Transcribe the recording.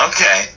Okay